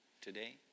today